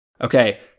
Okay